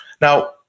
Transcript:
Now